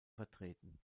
vertreten